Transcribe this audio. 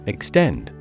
EXTEND